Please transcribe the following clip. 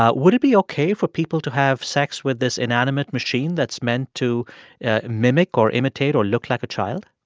ah would it be ok for people to have sex with this inanimate machine that's meant to mimic or imitate or look like a child?